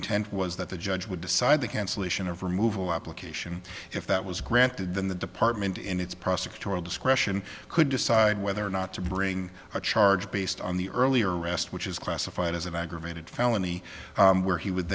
intent was that the judge would decide the cancellation of removal application if that was granted then the department in its prosecutorial discretion could decide whether or not to bring a charge based on the earlier arrest which is classified as an aggravated felony where he would